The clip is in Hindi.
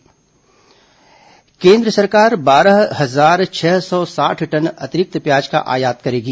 केन्द्र प्याज केंद्र सरकार बारह हजार छह सौ साठ टन अतिरिक्त प्याज का आयात करेगी